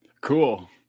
Cool